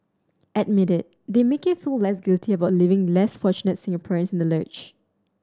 admit it they make you feel less guilty about leaving less fortunate Singaporeans in the lurch